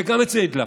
וגם את זה הדלפתם.